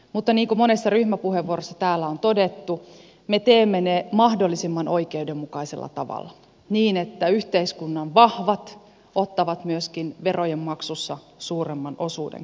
mutta niin kuin monessa ryhmäpuheenvuorossa täällä on todettu me teemme ne mahdollisimman oikeudenmukaisella tavalla niin että yhteiskunnan vahvat ottavat myöskin verojen maksussa suuremman osuuden kannettavakseen